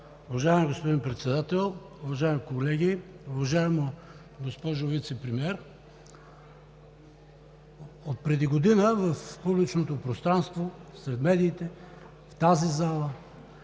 Уважаеми господин Председател, уважаеми колеги! Уважаема госпожо Вицепремиер, отпреди година в публичното пространство, сред медиите, в тази зала,